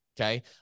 Okay